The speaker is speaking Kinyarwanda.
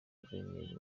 guverineri